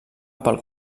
pel